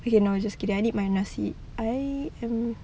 wait no just kidding I need my nasi I am